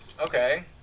Okay